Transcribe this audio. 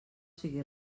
sigui